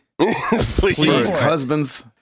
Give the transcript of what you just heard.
husbands